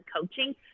coaching